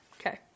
Okay